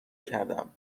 کردم